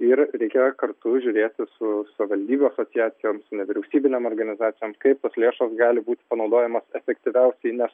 ir reikėjo kartu žiūrėti su savivaldybių asociacijoms nevyriausybinėm organizacijoms kaip tos lėšos gali būti panaudojamos efektyviausiai nes